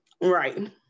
Right